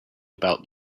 about